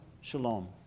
shalom